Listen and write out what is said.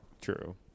True